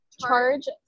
charge